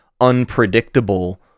unpredictable